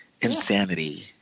Insanity